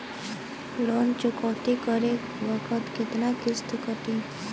ऋण चुकौती करे बखत केतना किस्त कटी?